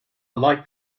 like